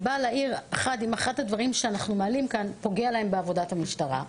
היא באה לומר אם אחד הדברים שאנחנו מעלים כאן פוגע לה בעבודת המשטרה.